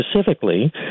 specifically